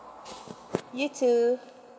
you too